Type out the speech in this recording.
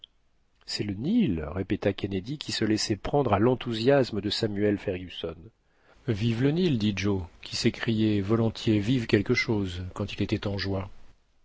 c'est le nil répéta kennedy qui se laissait prendre à l'enthousiasme de samuel fergusson vive le nil dit joe qui s'écriait volontiers vive quelque chose quand il était en joie